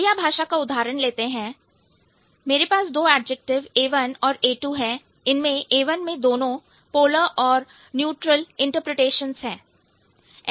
उड़िया भाषा का उदाहरण लेते हैं मेरे पास दो एडजेक्टिव A1और A2इनमें से A1 में दोनों पोलर और न्यूट्रल इंटरप्रिटेशंस है